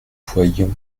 voyions